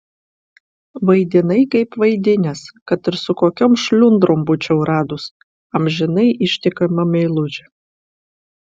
vaidinai kaip vaidinęs kad ir su kokiom šliundrom būčiau radus amžinai ištikimą meilužį